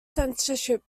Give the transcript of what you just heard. censorship